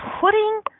putting